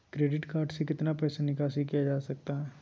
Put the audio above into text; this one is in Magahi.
क्रेडिट कार्ड से कितना पैसा निकासी किया जा सकता है?